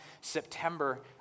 September